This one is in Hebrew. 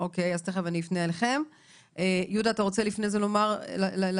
האם אתה רוצה לפני זה להסביר?